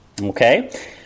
Okay